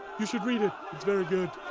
you should read it, it's very good.